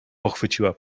pochwyciła